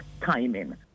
timing